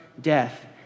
death